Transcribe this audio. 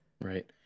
Right